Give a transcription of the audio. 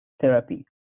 therapy